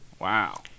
wow